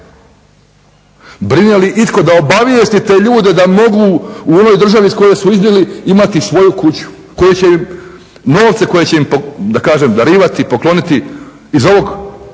Brine li itko da obavijesti te ljude da mogu u onoj državi iz koje su izbjegli imati svoju kuću koju će im, novce koje će im da kažem darivati, pokloniti iz ovog